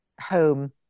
home